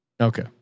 Okay